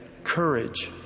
Courage